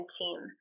team